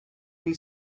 hil